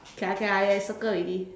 K ah K ah I circle already